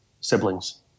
siblings